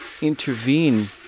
intervene